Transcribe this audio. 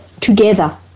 together